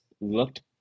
looked